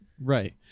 right